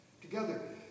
Together